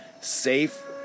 safe